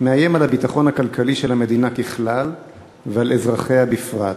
מאיים על הביטחון הכלכלי של המדינה ככלל ועל אזרחיה בפרט.